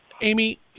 Amy